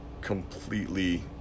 completely